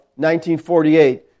1948